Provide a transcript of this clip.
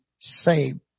saved